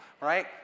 right